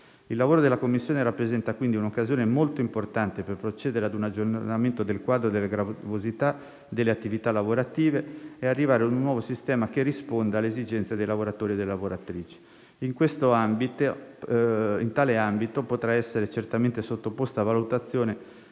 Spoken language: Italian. Il lavoro della commissione rappresenta quindi un'occasione molto importante per procedere a un aggiornamento del quadro delle gravosità delle attività lavorative e arrivare a un nuovo sistema che risponda alle esigenze dei lavoratori e delle lavoratrici. In tale ambito potrà essere certamente sottoposta a valutazione